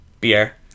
Beer